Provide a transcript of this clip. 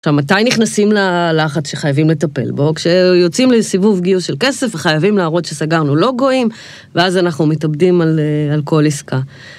עכשיו מתי נכנסים ללחץ שחייבים לטפל בו כשיוצאים לסיבוב גיוס של כסף וחייבים להראות שסגרנו לוגוים ואז אנחנו מתאבדים על כל עסקה